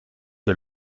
que